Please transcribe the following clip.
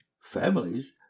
Families